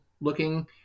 looking